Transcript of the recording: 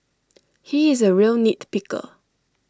he is A real nit picker